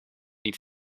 niet